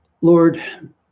Lord